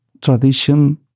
tradition